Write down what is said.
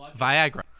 Viagra